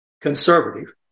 conservative